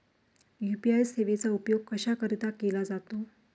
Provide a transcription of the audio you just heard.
UPI सेवेचा उपयोग कशाकरीता केला जातो?